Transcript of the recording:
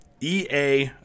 EA